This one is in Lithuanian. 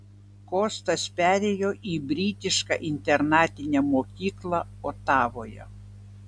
kostas perėjo į britišką internatinę mokyklą otavoje